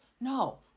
No